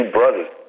brothers